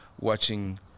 watching